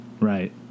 Right